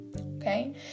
Okay